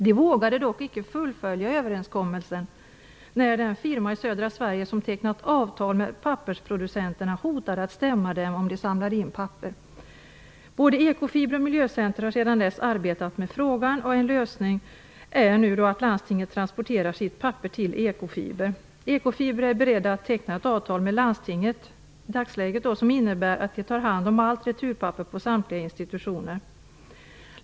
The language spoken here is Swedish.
De vågade dock icke fullfölja överenskommelsen när den firma i södra Sverige som tecknat avtal med pappersproducenterna hotade att stämma dem om de samlade in papper. Både Ekofiber och Miljöcenter har sedan dess arbetat med frågan, och en lösning är nu att landstinget transporterar sitt papper till Ekofiber. Ekofiber är i dagsläget beredda att teckna ett avtal med landstinget som innebär att de tar hand om allt returpapper från samtliga institutioner.